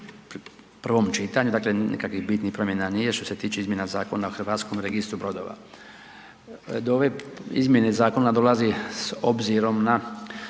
prvom čitanju, dakle nikakvih bitnih promjena nije što se tiče izmjena Zakona o Hrvatskom registru brodova. Do ove izmjene zakona dolazi s obzirom na